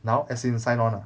now as in sign on ah